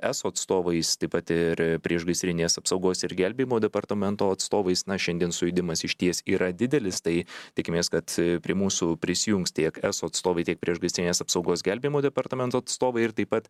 eso atstovais taip pat ir priešgaisrinės apsaugos ir gelbėjimo departamento atstovais na šiandien sujudimas išties yra didelis tai tikimės kad prie mūsų prisijungs tiek eso atstovai tiek priešgaisrinės apsaugos gelbėjimo departamento atstovai ir taip pat